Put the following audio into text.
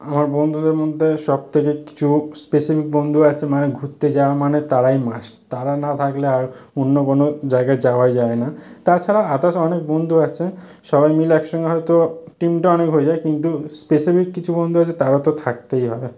আমার বন্ধুদের মধ্যে সবথেকে কিছু স্পেসিফিক বন্ধু আছে মানে ঘুরতে যাওয়া মানে তারাই মাস্ট তারা না থাকলে আর অন্য কোনো জায়গায় যাওয়াই যায় না তাছাড়া আদার্স অনেক বন্ধু আছে সবাই মিলে এক সঙ্গে হয়তো টিমটা অনেক হয়ে যায় কিন্তু স্পেসিফিক কিছু বন্ধু আছে তারা তো থাকতেই হবে